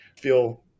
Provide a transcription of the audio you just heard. feel